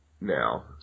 now